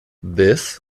this